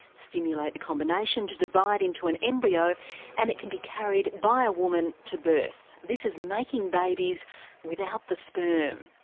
stimulate the combination to divide into an embryo and it can be carried by a woman to birth. this is making babies without the sperm.